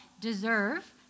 deserve